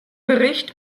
bericht